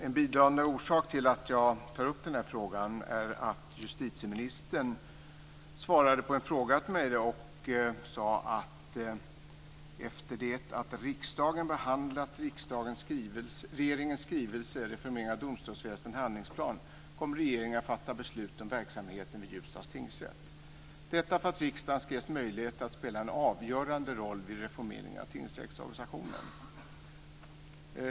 En bidragande orsak till att jag tar upp denna fråga är att justitieministern i ett svar på en fråga från mig sade att efter det att riksdagen behandlat regeringens skrivelse Reformeringen av domstolsväsendet - en handlingsplan kommer regeringen att fatta beslut om verksamheten vid Ljusdals tingsrätt. Detta för att riksdagen ska ges möjlighet att spela en avgörande roll vid reformeringen av tingsrättsorganisationen.